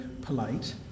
polite